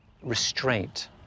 restraint